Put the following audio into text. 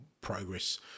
progress